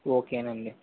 ఓకేనండి